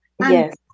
Yes